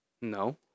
No